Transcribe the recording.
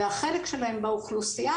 והחלק שלהן באוכלוסייה,